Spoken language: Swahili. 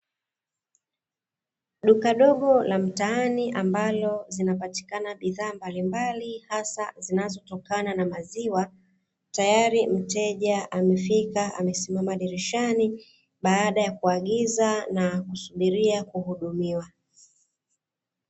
Duka dogo la mtaani ambalo zinapatikana bidhaa mbalimbali hasa zinazotokana na maziwa, tayari mteja amefika amesimama dirishani baada ya kuagiza na kusubiria kuhudumiwa.